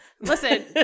Listen